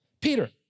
Peter